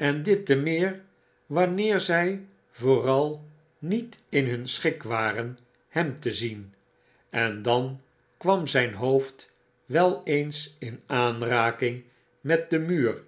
en dit te meer wanneer zij vooral niet in hun schik waren hem te zien en dan kwam zyn hoot'd wel eens in aanraking met den muur